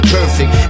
perfect